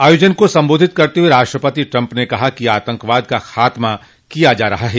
आयोजन को संबोधित करते हुए राष्ट्रपति ट्रम्प ने कहा कि आतंकवाद का खात्मा किया जा रहा है